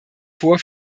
vor